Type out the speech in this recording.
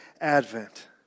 Advent